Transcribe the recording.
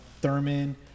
Thurman